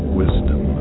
wisdom